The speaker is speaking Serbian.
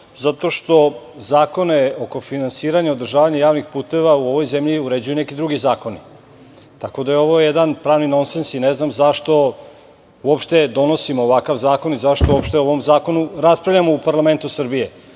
zakon, jer zakone oko finansiranja i održavanja javnih puteva u ovoj zemlji uređuju neki drugi zakoni, tako da je ovo jedan non sens i ne znam zašto donosimo ovakav zakon i zašto o njemu raspravljamo u parlamentu Srbije,